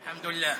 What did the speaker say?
אלחמדולילה.